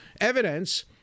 evidence